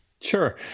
Sure